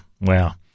Wow